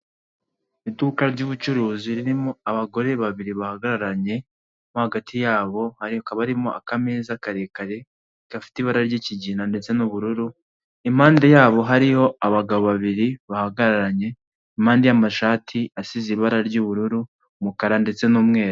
Iduka ryubucuruzi ririmo abagore babiri bahagararanye, mo hagati yabo hakaba harimo akameza karekare, gafite ibara ry'ikigina ndetse n'ubururu, impande yabo hariho abagabo babiri bahagararanye, impande y'amashati asize ibara ry'ubururu, umukara, ndetse n'umweru.